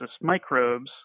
microbes